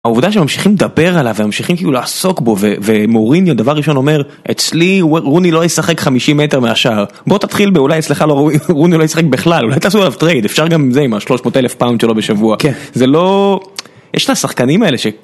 העובדה שהם ממשיכים לדבר עליו והם ממשיכים כאילו לעסוק בו ומוריניו דבר ראשון אומר: אצלי רוני לא ישחק 50 מטר מהשער. בוא תתחיל באולי אצלך רוני לא ישחק בכלל אולי תעשו עליו טרייד אפשר גם עם זה עם ה-300,000 פאונד שלו בשבוע, כן. זה לא... יש את השחקנים האלה ש...